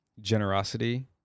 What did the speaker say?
generosity